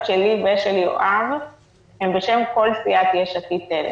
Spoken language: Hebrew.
שלי ושל יואב הן בשם כל סיעת יש עתיד-תל"ם.